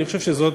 אני חושב שזאת